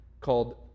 called